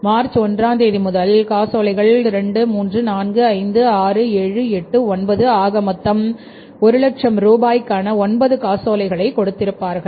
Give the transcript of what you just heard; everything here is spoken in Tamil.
மார்ச் 1ஆம் தேதி முதல் காசோலை 2 3 456789 ஆக மொத்தம்ஒரு லட்சம் ரூபாய்க்கான 9 காசோலைகளை கொடுத்திருப்பார்கள்